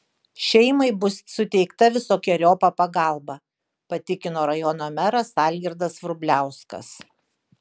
šeimai bus suteikta visokeriopa pagalba patikino rajono meras algirdas vrubliauskas